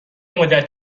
مدت